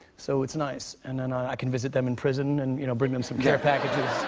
so it's nice. and then i can visit them in prison and, you know, bring them some care packages.